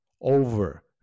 over